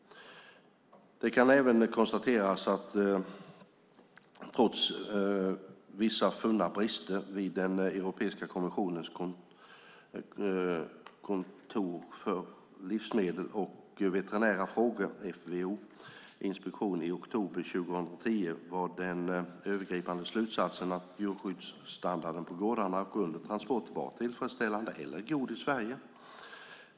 Det kan även konstateras att trots vissa funna brister vid Europeiska kommissionens kontor för livsmedel och veterinära frågors, FVO, inspektion i oktober 2010 var den övergripande slutsatsen att djurskyddsstandarden på gårdarna och under transport var tillfredsställande eller god i Sverige.